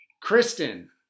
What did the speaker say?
Kristen